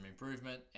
improvement